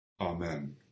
Amen